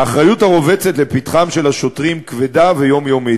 האחריות הרובצת לפתחם של השוטרים כבדה ויומיומית.